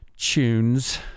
tunes